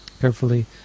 carefully